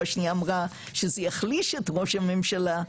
והשנייה אמרה שזה יחליש את ראש הממשלה.